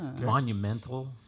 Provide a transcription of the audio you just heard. monumental